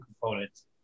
components